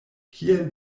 kiel